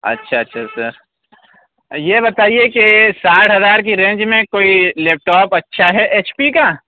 اچھا اچھا اچھا یہ بتائیے کہ ساٹھ ہزار کی رینج میں کوئی لیپ ٹاپ اچھا ہے ایچ پی کا